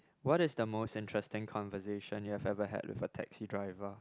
what is the most interesting conversation you have ever had with a taxi driver